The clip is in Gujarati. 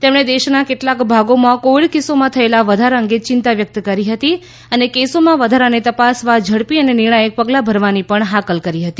તેમણે દેશના કેટલાક ભાગોમાં કોવિડ કેસોમાં થયેલા વધારા અંગે યિંતા વ્યક્ત કરી હતી અને કેસોમાં વધારાને તપાસવા ઝડપી અને નિર્ણાયક પગલાં ભરવાની હાકલ કરી હતી